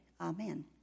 amen